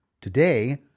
Today